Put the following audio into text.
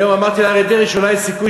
היום אמרתי לאריה דרעי שאולי הסיכוי